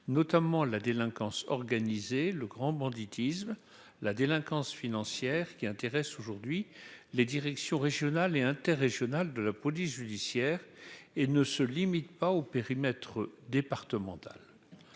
notamment la délinquance organisée, le grand banditisme, la délinquance financière, qui intéresse aujourd'hui les directions régionales et inter-régionale de la police judiciaire et ne se limite pas au périmètre départemental,